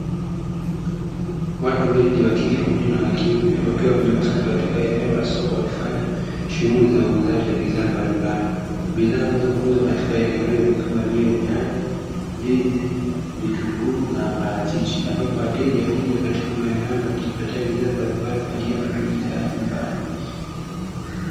Watu wengi wa kike pamoja na wa kiume, wakiwa wamejikusanya katika eneo la soko wakifanya shughuli za uuzaji wa bidhaa mbalimbali. Bidhaa ambazo huuzwa katika eneo hilo ni kama vile: nyanya, ndizi, vitunguu na maparachichi. Ambapo wateja huja katika maeneo hayo na kujipatia bidhaa mbalimbali kwa ajili ya matumizi yao ya nyumbani.